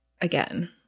again